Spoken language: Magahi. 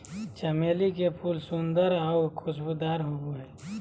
चमेली के फूल सुंदर आऊ खुशबूदार होबो हइ